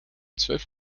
zwölf